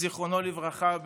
זיכרונו לברכה,